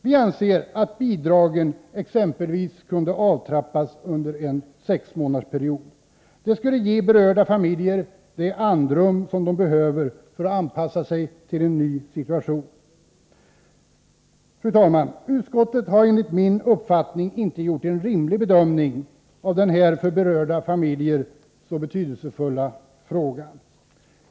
Vi anser att bidragen exempelvis kunde avtrappas under en sexmånadersperiod. Det skulle ge berörda familjer det andrum som de behöver för att anpassa sig till en ny situation. Fru talman! Utskottet har enligt min uppfattning inte gjort en rimlig bedömning av denna för berörda familjer så betydelsefulla fråga.